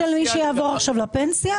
של מי שיעבור עכשיו לפנסיה?